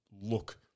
look